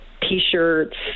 T-shirts